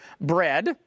bread